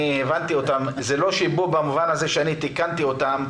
זה לא שיבוב במובן הזה, ואני תיקנתי אותם.